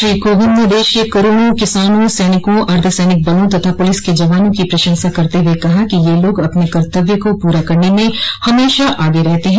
श्री कोविंद ने देश के करोड़ों किसानों सैनिकों अर्द्वसैनिक बलों तथा पुलिस के जवानों की प्रशंसा करते हुए कहा कि यह लोग अपने कर्तव्य को पूरा करने में हमेशा आग रहते हैं